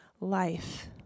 life